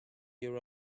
your